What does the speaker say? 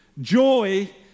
Joy